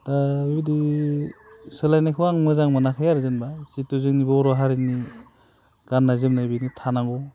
दा बिदि सोलायनायखौ आं मोजां मोनाखै आरो जेनोबा जिथु जोंनि बर' हारिनि गाननाय जोमनाय बिदि थानांगौ